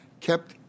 kept